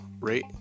rate